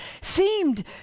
seemed